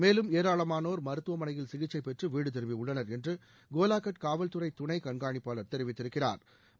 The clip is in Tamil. மேலும் ஏராளமானோர் மருத்துவமனையில் சிகிச்சை பெற்று வீடு திரும்பியுள்ளனர் என்று கோலாகட் காவல்துறை துணை கண்கானிப்பாளா் தெரிவித்திருக்கிறாா்